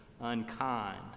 unkind